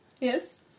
Yes